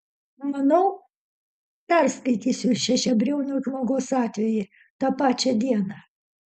manau perskaitysiu šešiabriaunio žmogaus atvejį tą pačią dieną